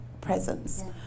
presence